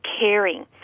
caring